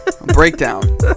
Breakdown